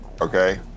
okay